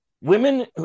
women